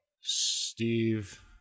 Steve